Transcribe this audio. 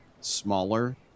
smaller